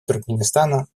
туркменистана